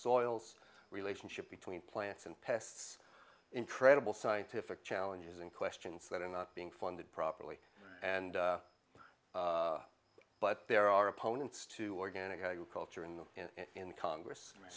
soils relationship between plants and pests incredible scientific challenges and questions that are not being funded properly and but there are opponents to organic agriculture in the in congress